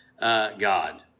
God